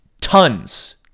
Tons